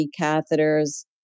catheters